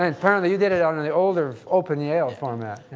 apparently, you did it on and the older open yale format?